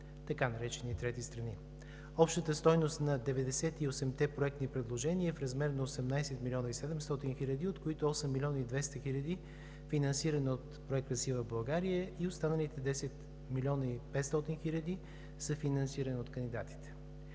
Общата стойност на 98-те проектни предложения е в размер на 18 млн. 700 хиляди, от които 8 млн. 200 хиляди, финансирани от проект „Красива България“ и останалите 10 млн. 500 хиляди, са финансирани от кандидатите.